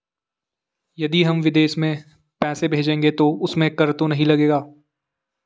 यदि हम विदेश में पैसे भेजेंगे तो उसमें कर तो नहीं लगेगा?